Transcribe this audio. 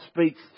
speaks